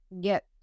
get